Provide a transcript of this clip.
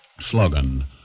slogan